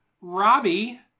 Robbie